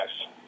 yes